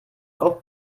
auch